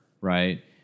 right